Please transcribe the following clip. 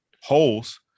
holes